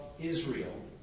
Israel